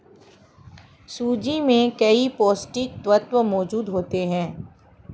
सूजी में कई पौष्टिक तत्त्व मौजूद होते हैं